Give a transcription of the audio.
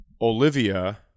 Olivia